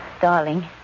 darling